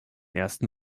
ersten